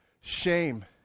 Shame